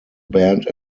band